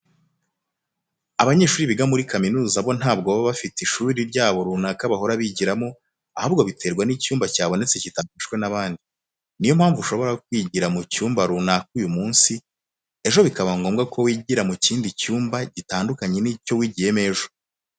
Abanyeshuri biga muri kaminuza bo ntabwo baba bafite ishuri ryabo runaka bahora bigiramo, ahubwo biterwa n'icyumba cyabonetse kitafashwe n'abandi. Niyo mpamvu ushobora kwigira mu cyumba runaka uyu munsi, ejo bikaba ngombwa ko wigira mu kindi cyumba gitandukanye n'icyo wigiyemo ejo.